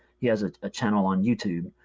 he has a ah channel on youtube.